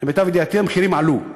למיטב ידיעתי, המחירים עלו.